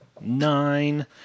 nine